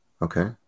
Okay